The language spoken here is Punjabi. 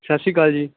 ਸਤਿ ਸ਼੍ਰੀ ਅਕਾਲ ਜੀ